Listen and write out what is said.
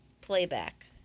playback